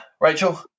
Rachel